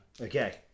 Okay